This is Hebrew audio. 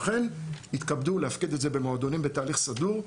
לכן, יתכבדו להפקיד את זה במועדונים בתהליך סדור.